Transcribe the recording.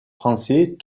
français